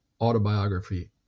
autobiography